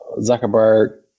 Zuckerberg